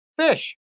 fish